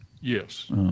Yes